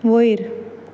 वयर